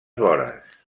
vores